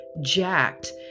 jacked